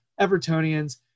evertonians